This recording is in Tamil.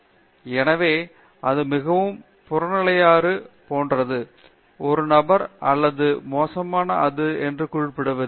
பேராசிரியர் அரிந்தமா சிங் எனவே அது மிகவும் புறநிலையாது இருப்பினும் ஒரு நபர் நல்லது எது மோசமானது எது என்று குறிப்பிடுவதில்